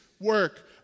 work